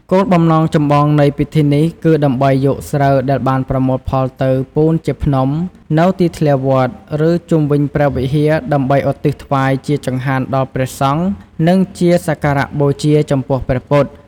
គោលបំណងចម្បងនៃពិធីនេះគឺដើម្បីយកស្រូវដែលបានប្រមូលផលទៅ ពូនជាភ្នំ នៅទីធ្លាវត្ត ឬជុំវិញព្រះវិហារដើម្បីឧទ្ទិសថ្វាយជាចង្ហាន់ដល់ព្រះសង្ឃ និងជាសក្ការបូជាចំពោះព្រះពុទ្ធ។